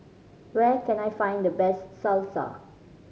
where can I find the best Salsa